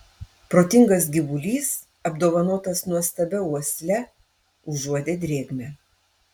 protingas gyvulys apdovanotas nuostabia uosle užuodė drėgmę